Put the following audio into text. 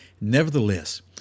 Nevertheless